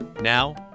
Now